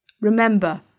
Remember